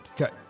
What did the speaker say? Okay